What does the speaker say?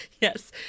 Yes